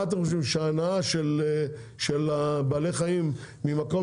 מה אתם חושבים שהשינוע של בעלי החיים ממקום